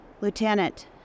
Lieutenant